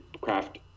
craft